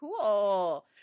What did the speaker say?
Cool